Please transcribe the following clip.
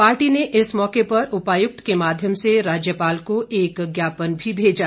party ने इस मौके पर उपायुक्त के माध्यम से राज्यपाल को एक ज्ञापन भी भेजा